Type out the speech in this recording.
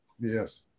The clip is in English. Yes